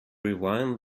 rewind